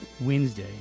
Wednesday